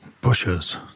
Bushes